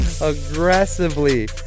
aggressively